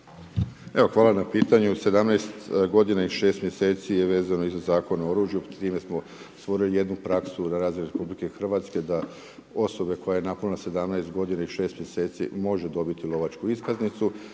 Evo, hvala na pitanju. 17 godina i 6 mjeseci je vezano i za Zakon o oružju, s time smo stvorili jednu praksu na razini RH da osoba koja je napunila17 godina i 6 mjeseci može dobiti lovačku iskaznicu.